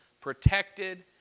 protected